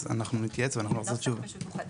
אז אנחנו נתייעץ ונחזיר תשובה